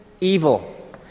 evil